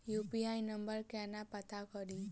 UPI नंबर केना पत्ता कड़ी?